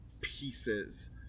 pieces